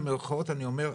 במרכאות אני אומר,